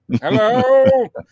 hello